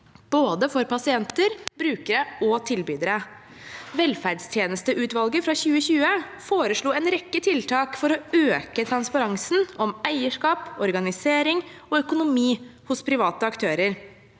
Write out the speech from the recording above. både pasienter, brukere og tilbydere. Velferdstjenesteutvalget fra 2020 foreslo en rekke tiltak for å øke transparensen om eierskap, organisering og økonomi hos private aktører.